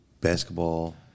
basketball